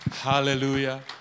Hallelujah